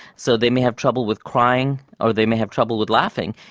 so they may have trouble with crying or they may have trouble with laughing,